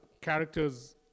characters